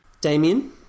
Damien